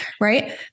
right